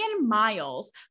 miles